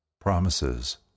promises